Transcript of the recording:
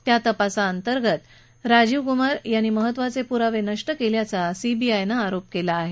त्या तपासाअंतर्गत राजीव कुमार यांनी महत्त्वाचे पुरावे नष्ट केल्याचा सीबीआयचा आरोप आहे